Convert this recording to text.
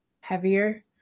heavier